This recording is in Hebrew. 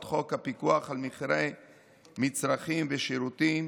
חוק הפיקוח על מחירי מצרכים ושירותים,